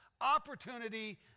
opportunity